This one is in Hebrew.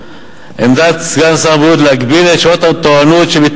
ותמרוץ רופאים לעבוד במקצועות שבהם יש מצוקה.